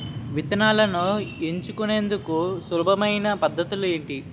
విత్తనాలను ఎంచుకునేందుకు సులభమైన పద్ధతులు ఏంటి?